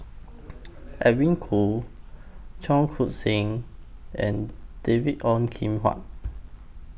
Edwin Koo Cheong Koon Seng and David Ong Kim Huat